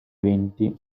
venti